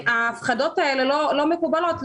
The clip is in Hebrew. ההפחדות האלה לא מקובלות,